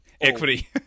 equity